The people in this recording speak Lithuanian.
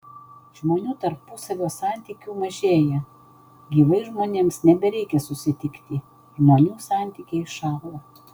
žmonių tarpusavio santykių mažėja gyvai žmonėms nebereikia susitikti žmonių santykiai šąla